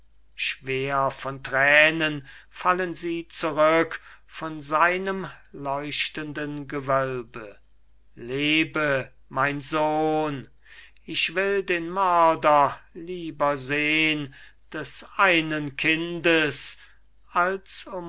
schwer von thränen fallen sie zurück von seinem leuchtenden gewölbe lebe mein sohn ich will den mörder lieber sehn des einen kindes als